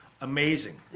amazing